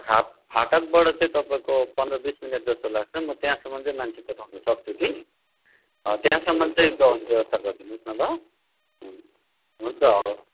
फा फाटकबाट चाहिँ तपाईँको पन्ध्र बिस मिनेट जस्तो लाग्छ म त्यहाँसम्म चाहिँ मान्छे पठाउनु सक्छु कि त्यहाँसम्म चाहिँ ब व्यवस्था गरिदिनुहोस् न ल हु हुन्छ हवस्